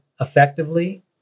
effectively